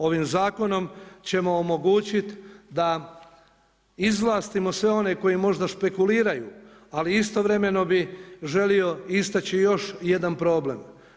Ovim zakonom ćemo omogućiti da izvlastimo sve one koji možda špekuliraju, ali istovremeno bi želio istaći još jedan problem.